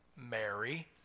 Mary